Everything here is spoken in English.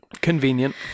Convenient